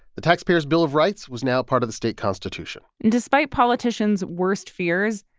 the taxpayer's bill of rights was now part of the state constitution and despite politicians' worst fears,